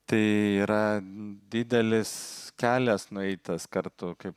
tai yra didelis kelias nueitas kartu kaip